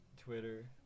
Twitter